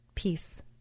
peace